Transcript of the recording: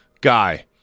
guy